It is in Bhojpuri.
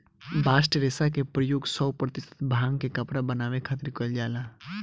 बास्ट रेशा के प्रयोग सौ प्रतिशत भांग के कपड़ा बनावे खातिर कईल जाला